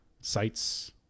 sites